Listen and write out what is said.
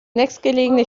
nächstgelegene